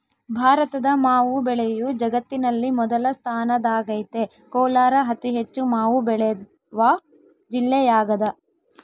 ಭಾರತದ ಮಾವು ಬೆಳೆಯು ಜಗತ್ತಿನಲ್ಲಿ ಮೊದಲ ಸ್ಥಾನದಾಗೈತೆ ಕೋಲಾರ ಅತಿಹೆಚ್ಚು ಮಾವು ಬೆಳೆವ ಜಿಲ್ಲೆಯಾಗದ